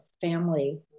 family